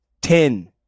Ten